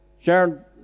Sharon